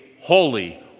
holy